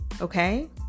okay